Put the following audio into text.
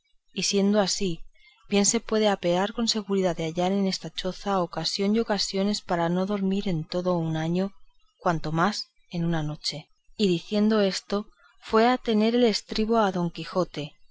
siendo así bien se puede apear con seguridad de hallar en esta choza ocasión y ocasiones para no dormir en todo un año cuanto más en una noche y diciendo esto fue a tener el estribo a don quijote